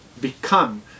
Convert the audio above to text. become